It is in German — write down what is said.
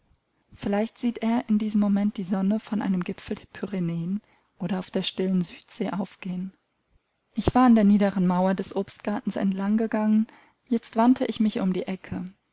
vielleicht sieht er in diesem moment die sonne von einem gipfel der pyrenäen oder auf der stillen südsee aufgehen ich war an der niederen mauer des obstgartens entlang gegangen jetzt wandte ich mich um die ecke